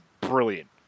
brilliant